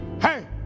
Hey